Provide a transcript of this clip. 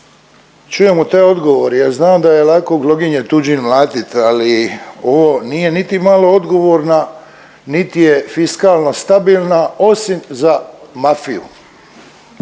čujemo taj odgovor jer znam da je lako gloginje tuđim mlatit, ali ovo nije niti malo odgovorna niti je fiskalno stabilna, osim za mafiju.